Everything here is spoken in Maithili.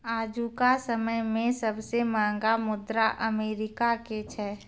आजुका समय मे सबसे महंगा मुद्रा अमेरिका के छै